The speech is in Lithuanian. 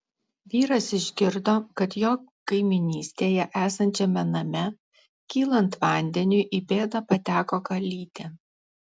vyras išgirdo kad jo kaimynystėje esančiame name kylant vandeniui į bėdą pateko kalytė